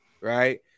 Right